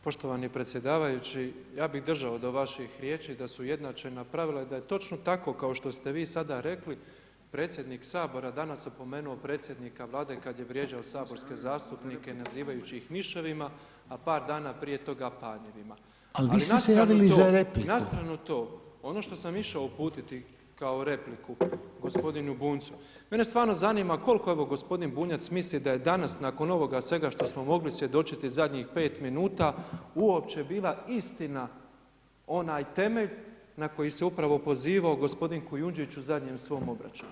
Poštovani predsjedavajući, ja bih držao do vaših riječi da su ujednačena pravila i da je točno tako kao što ste vi sada rekli, predsjednik Sabora danas opomenuo predsjednika Vlade kada je vrijeđao saborske zastupnike nazivajući ih miševima, a par dana prije toga panjevima [[Upadica: Ali vi ste se javili za repliku.]] nastranu to, ono što sam išao uputiti kao repliku gospodinu Bunjcu, mene stvarno zanima koliko je evo gospodin Bunjac misli da je danas nakon ovoga svega što smo mogli svjedočiti zadnjih pet minuta uopće bila istina, onaj temelj na koji se upravo pozivao gospodin Kujundžić u zadnjem svom obraćanju.